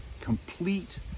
complete